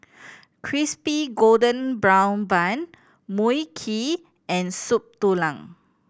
Crispy Golden Brown Bun Mui Kee and Soup Tulang